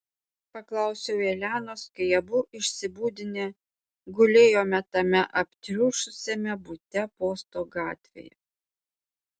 paklausiau elenos kai abu išsibudinę gulėjome tame aptriušusiame bute posto gatvėje